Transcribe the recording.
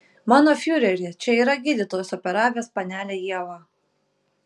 mano fiureri čia yra gydytojas operavęs panelę ievą